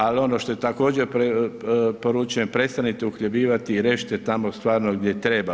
Ali ono što je također poručujem, prestanite uhljebljivati i riješite tamo stvarno gdje treba.